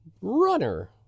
runner